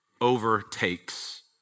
overtakes